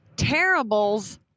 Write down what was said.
Terribles